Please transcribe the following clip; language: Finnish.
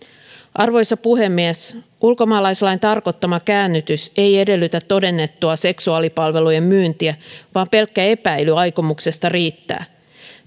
arvoisa puhemies ulkomaalaislain tarkoittama käännytys ei edellytä todennettua seksuaalipalvelujen myyntiä vaan pelkkä epäily aikomuksesta riittää